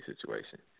situation